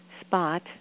spot